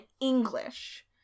English